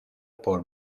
por